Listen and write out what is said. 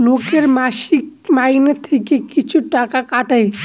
লোকের মাসিক মাইনে থেকে কিছু টাকা কাটে